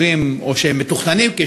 או שהם מתוכננים להיות,